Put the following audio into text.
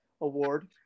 award